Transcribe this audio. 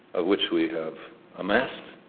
of which we have amassed,